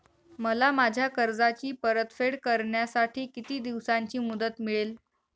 मला माझ्या कर्जाची परतफेड करण्यासाठी किती दिवसांची मुदत मिळेल?